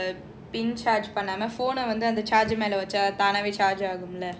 பின்:pin charge பண்ணாம:pannama phone ah வந்து:vandhu charge மேலவச்சாதானாவே:mela vachcha thanave charge ஆகும்ல:aagumla